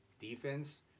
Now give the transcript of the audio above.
defense